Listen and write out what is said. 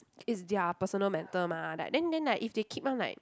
it's their personal matter mah like then then like if they keep on like